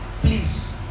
please